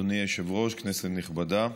אדוני היושב-ראש, כנסת נכבדה,